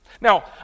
now